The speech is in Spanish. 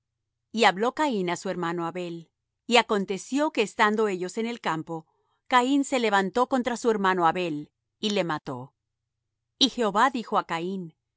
y habló caín á su hermano abel y aconteció que estando ellos en el campo caín se levantó contra su hermano abel y le mató y jehová dijo á caín